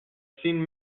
seen